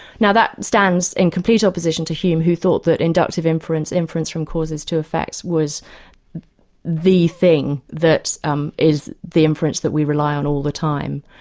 now that stands in complete opposition to hume, who thought that inductive inference inference from causes to effects, was the thing that um is the inference that we rely on all the time.